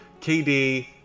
KD